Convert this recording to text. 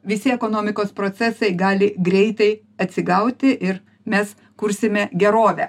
visi ekonomikos procesai gali greitai atsigauti ir mes kursime gerovę